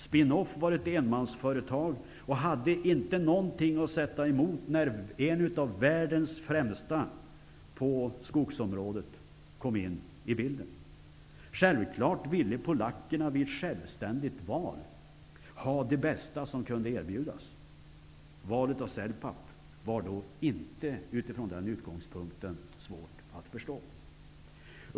Spin-Off var ett enmansföretag och hade inte någonting att sätta emot när ett av världens främsta företag på skogsområdet kom in i bilden. Självfallet ville polackerna vid ett självständigt val ha det bästa som kunde erbjudas. Valet av NLK-Celpap var utifrån den utgångspunkten inte svårt att förstå.